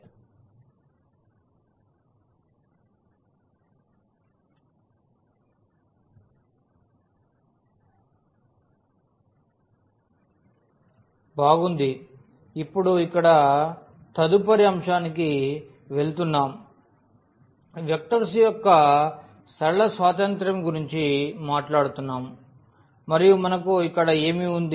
బాగుంది కాబట్టి ఇప్పుడు ఇక్కడ తదుపరి అంశానికి వెళుతున్నాం వెక్టర్స్ యొక్క సరళ స్వాతంత్య్రం గురించి మాట్లాడుతున్నాం మరియు మనకు ఇక్కడ ఏమి ఉంది